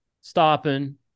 stopping